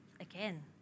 again